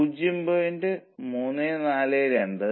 75 ആയി കുറച്ചു ഇപ്പോൾ 1